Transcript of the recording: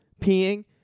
peeing